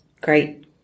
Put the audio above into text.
great